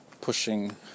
Pushing